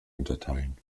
unterteilen